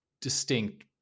distinct